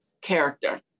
character